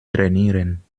trainieren